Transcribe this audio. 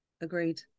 Agreed